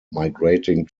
migrating